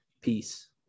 Peace